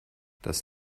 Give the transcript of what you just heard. das